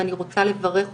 ואני רוצה לברך אותך,